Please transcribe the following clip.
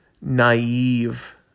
naive